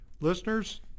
Listeners